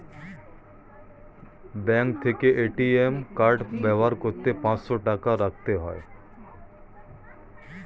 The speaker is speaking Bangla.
ব্যাঙ্ক থেকে এ.টি.এম কার্ড ব্যবহার করতে পাঁচশো টাকা রাখতে হয়